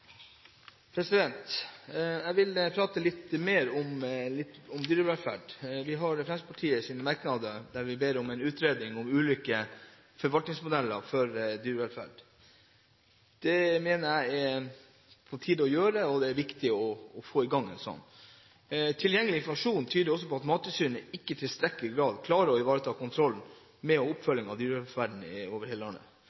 omme. Jeg vil snakke litt mer om dyrevelferd. I Fremskrittspartiets merknader ber vi om «en utredning om ulike forvaltningsmodeller for dyrevelferd». Det mener jeg det er på tide å gjøre, og det er viktig å få i gang en sånn utredning. Tilgjengelig informasjon tyder på at Mattilsynet ikke i tilstrekkelig grad klarer å ivareta kontrollen med